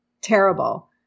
terrible